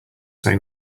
say